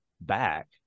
back